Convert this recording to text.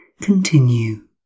continue